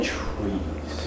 trees